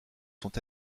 sont